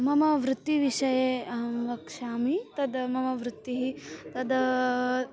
मम वृत्तिविषये अहं वक्षामि तद् मम वृत्तिः तद्